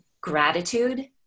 gratitude